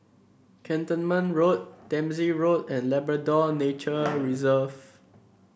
Cantonment Road Dempsey Road and Labrador Nature Reserve